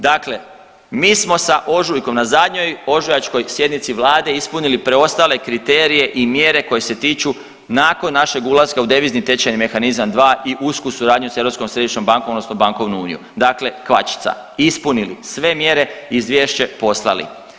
Dakle mi smo sa ožujkom na zadnjoj ožujačkoj sjednici vlade ispunili preostale kriterije i mjere koje se tiču nakon našeg ulaska u devizni tečajni mehanizam 2 i usku suradnju s Europskom središnjom bankom odnosno bankovnu uniju, dakle kvačica, ispunili sve mjere i izvješće poslali.